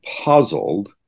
puzzled